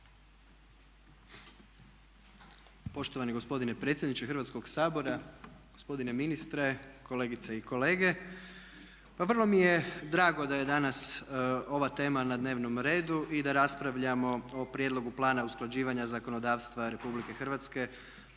Poštovani gospodine predsjedniče Hrvatskog sabora, gospodine ministre, kolegice i kolege. Pa vrlo mi je drago da je danas ova tema na dnevnom redu i da raspravljamo o prijedlogu Plana usklađivanja zakonodavstva Republike Hrvatske